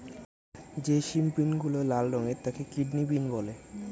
যে সিম বিনগুলো লাল রঙের তাকে কিডনি বিন বলে